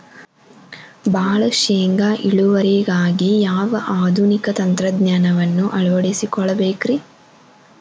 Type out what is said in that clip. ಭಾಳ ಶೇಂಗಾ ಇಳುವರಿಗಾಗಿ ಯಾವ ಆಧುನಿಕ ತಂತ್ರಜ್ಞಾನವನ್ನ ಅಳವಡಿಸಿಕೊಳ್ಳಬೇಕರೇ?